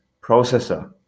processor